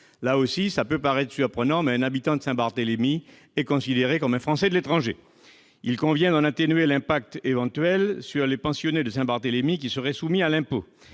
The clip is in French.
à 30 %. Cela peut paraître surprenant, mais un habitant de Saint-Barthélemy est considéré comme un Français de l'étranger ... Il convient d'en atténuer l'impact éventuel sur les pensionnés de ce territoire qui seraient soumis à l'impôt.